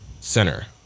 center